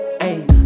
Hey